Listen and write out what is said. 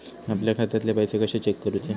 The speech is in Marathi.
आपल्या खात्यातले पैसे कशे चेक करुचे?